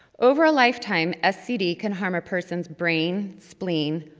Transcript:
over a lifetime, scd can harm a person's brain, spleen,